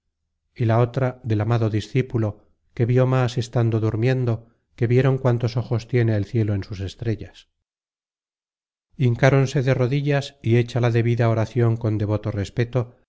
y la otra del amado discípulo que vió más estando durmiendo que vieron cuantos ojos tiene el cielo en sus estrellas hincáronse de rodillas y hecha la debida oracion con devoto respeto